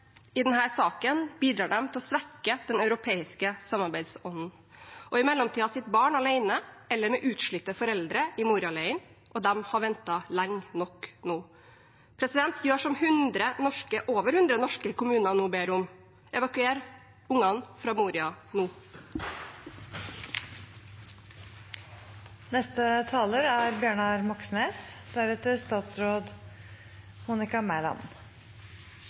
I denne saken bidrar de til å svekke den europeiske samarbeidsånden. I mellomtiden sitter barn alene eller med utslitte foreldre i Moria-leiren, og de har ventet lenge nok nå. Gjør som over hundre norske kommuner nå ber om: Evakuer barna fra Moria nå. Å hente ut mennesker som lider i Moria-leiren, er